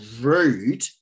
rude